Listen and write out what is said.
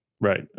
Right